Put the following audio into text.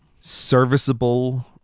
serviceable